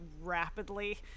rapidly